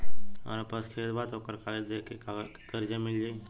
हमरा पास खेत बा त ओकर कागज दे के कर्जा मिल जाई?